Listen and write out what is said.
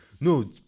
no